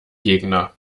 gegner